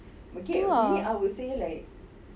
oo !wah!